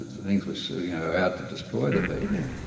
things which so yeah are out to destroy the people,